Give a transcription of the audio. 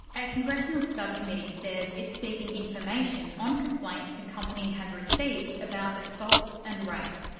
a congressional sub-committee says it's seeking information on complaints the company has received about assaults and rape.